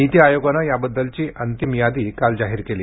नीती आयोगाने या बद्दलची अंतिम यादी आज जाहीर केली